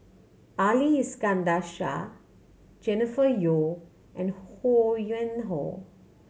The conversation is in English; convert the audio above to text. Ali Iskandar Shah Jennifer Yeo and Ho Yuen Hoe